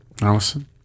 Alison